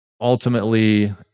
ultimately